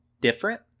different